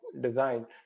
design